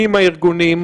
מיהם הארגונים,